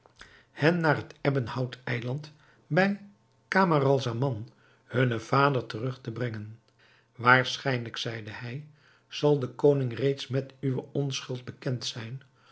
hen naar het ebbenhout eiland bij camaralzaman hunnen vader terug te brengen waarschijnlijk zeide hij zal de koning reeds met uwe onschuld bekend zijn